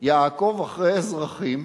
יעקוב אחרי האזרחים,